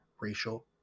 racial